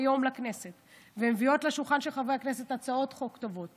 יום לכנסת ומביאות לשולחן של חברי הכנסת הצעות חוק טובות